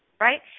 right